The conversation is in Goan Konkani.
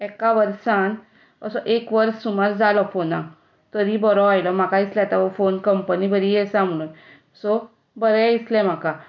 एका वर्सान असो एक वर्स सुमार जालो फोनाक तरी बरो आयलो म्हाका दिसलें आतां हो फोन कंपनी बरी आसी म्हणून सो बरें दिसलें म्हाका